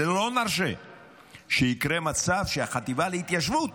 ולא נרשה שיקרה מצב שהחטיבה להתיישבות,